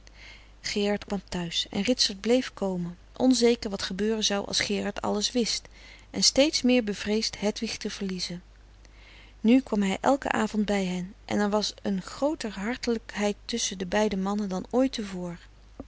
gerard kwam thuis en ritsert bleef komen onzeke wat gebeuren zou als gerard alles wist en steeds meer bevreesd hedwig te verliezen nu kwam hij elken avond bij hen en er was een grooter hartelijkheid tusschen de beide mannen dan ooit